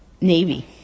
navy